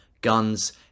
guns